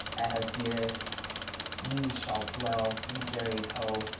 ahasverus you shall dwell in jericho.